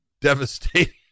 devastating